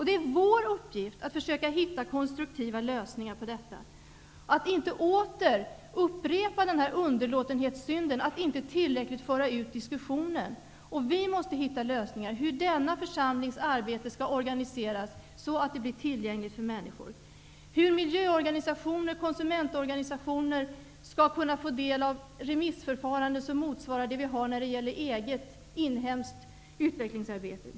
Det är vår uppgift att försöka hitta konstruktiva lösningar på detta. Vi får inte upprepa underlåtenhetssynden att inte tillräckligt föra ut diskussionen. Vi måste hitta lösningar på hur denna församlings arbete skall organiseras så att det blir tillgängligt för människor. Vi måste hitta lösningar på hur miljöorganisationer och konsumentorganisationer skall kunna få del av ett remissförfarande som motsvarar det vi har när det gäller eget inhemskt utvecklingsarbete.